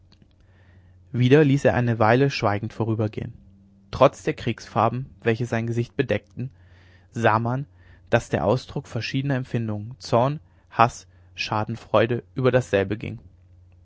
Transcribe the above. wieder ließ er eine weile schweigend vorübergehen trotz der kriegsfarben welche sein gesicht bedeckten sah man daß der ausdruck verschiedener empfindungen zorn haß schadenfreude über dasselbe ging